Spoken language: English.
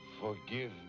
forgive